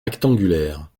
rectangulaire